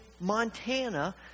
Montana